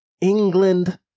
England